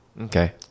Okay